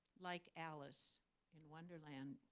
like alice in wonderland,